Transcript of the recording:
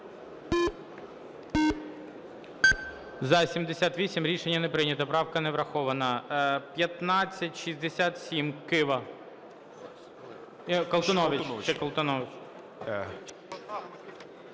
За-73 Рішення не прийнято, правка не врахована. 1976.